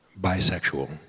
bisexual